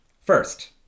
First